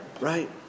Right